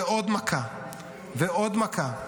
ועוד מכה ועוד מכה.